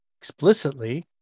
explicitly